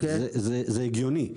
זה הגיוני,